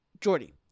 Jordy